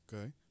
Okay